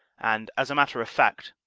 and, as a matter of fact,